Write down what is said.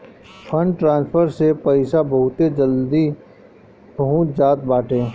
fund transfer से पईसा बहुते जल्दी पहुंच जात बाटे